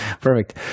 Perfect